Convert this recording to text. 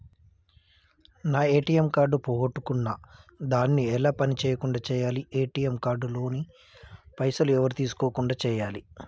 నా ATM card పోగొట్టుకున్నా దాన్ని ఎలా పని చేయకుండా చేయాలి ఏ.టి.ఎమ్ కార్డు లోని పైసలు ఎవరు తీసుకోకుండా చేయాలి?